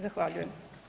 Zahvaljujem.